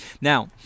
Now